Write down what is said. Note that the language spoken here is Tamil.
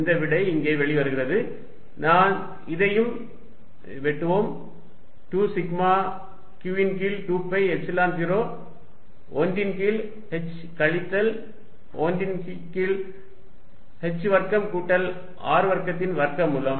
அந்த விடை இங்கே வெளிவருகிறது நாம் இதையும் வெட்டுவோம் 2 சிக்மா q ன் கீழ் 2 பை எப்சிலன் 0 1 ன் கீழ் h கழித்தல் 1 ன் கீழ் h வர்க்கம் கூட்டல் R வர்க்கத்தின் வர்க்கமூலம்